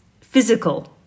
physical